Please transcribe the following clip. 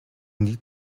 need